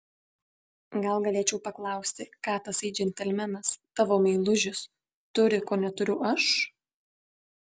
gal galėčiau paklausti ką tasai džentelmenas tavo meilužis turi ko neturiu aš